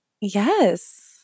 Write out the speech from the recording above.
yes